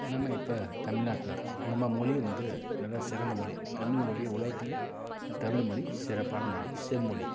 நம்ம இப்போ தமில்நாட்ல இருக்கோம் நம்ம மொழியை வந்து நல்லா சிறந்த மொழி தமிழ்மொழி உலகத்திலே இந்த தமிழ்மொழி சிறப்பான மொழி செம்மொழி